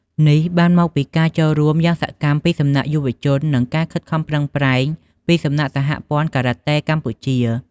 នេះបានមកពីការចូលរួមយ៉ាងសកម្មពីសំណាក់យុវជន និងការខិតខំប្រឹងប្រែងពីសំណាក់ សហព័ន្ធការ៉ាតេកម្ពុជា។